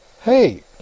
hey